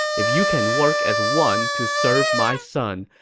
if you can work as one to serve my son,